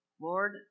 Lord